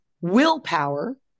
willpower